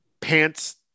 pants